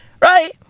Right